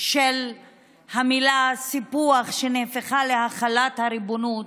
של המילה "סיפוח", שנהפכה ל"החלת הריבונות",